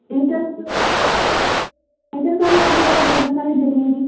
eater کا ایٹر کا بھی آپ لے گا تو ایٹھر کا بھی دے دیں گے